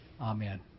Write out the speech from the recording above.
Amen